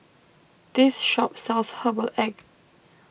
this shop sells Herbal Egg